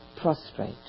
prostrate